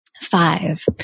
Five